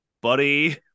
buddy